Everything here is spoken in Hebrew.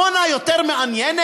עמונה יותר מעניינת?